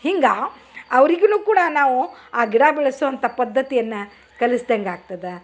ಹಿಂಗೆ ಅವರೀಗೂನು ಕೂಡ ನಾವು ಆ ಗಿಡ ಬೆಳ್ಸುವಂಥಾ ಪದ್ಧತಿಯನ್ನ ಕಲಿಸ್ದಂಗೆ ಆಗ್ತದ